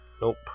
Nope